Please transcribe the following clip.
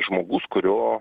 žmogus kurio